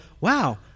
wow